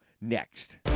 next